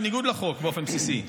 בניגוד לחוק באופן בסיסי,